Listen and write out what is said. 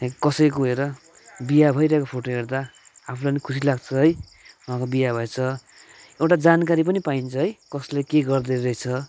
है कसैको हेर बिहे भइरहेको फोटो हेर्दा आफूलाई नि खुसी लाग्छ है उहाँको बिहे भएछ एउटा जानकारी पनि पाइन्छ है कसले के गर्दै रहेछ